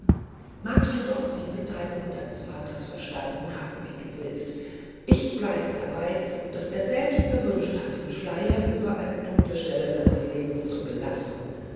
magst du doch die mitteilungen deines vaters verstanden haben wie du willst ich bleibe dabei daß er selbst gewünscht hat den schleier über einer dunklen stelle seines lebens zu belassen